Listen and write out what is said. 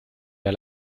der